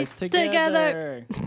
together